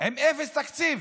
עם אפס תקציב?